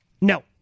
No